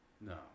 No